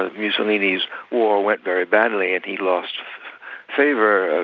ah mussolini's war went very badly and he lost favour.